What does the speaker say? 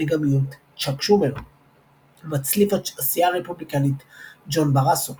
מנהיג המיעוט צ'אק שומר מצליף הסיעה הרפובליקנית ג'ון באראסו